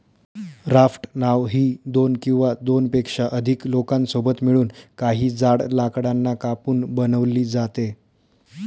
raft नाव ही दोन किंवा दोनपेक्षा अधिक लोकांसोबत मिळून, काही जाड लाकडांना कापून बनवली जाते